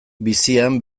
bizian